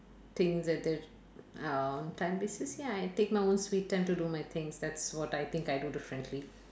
things that th~ our time basis ya I take my own sweet time to do my things that's what I think I do differently